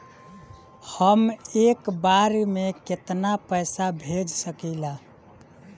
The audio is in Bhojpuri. हम एक बार में केतना पैसा भेज सकिला?